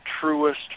truest